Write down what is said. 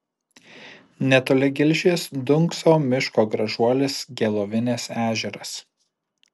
netoli gilšės dunkso miško gražuolis gelovinės ežeras